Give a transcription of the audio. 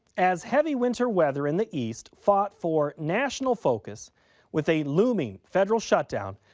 as heavy winter weather in the east fought for national focus with a like i mean federal shutdown,